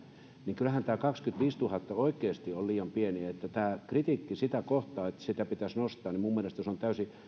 niin kyllähän tämä kaksikymmentäviisituhatta oikeasti on liian pieni eli tämä kritiikki että sitä pitäisi nostaa minun mielestäni on täysin